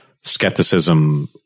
skepticism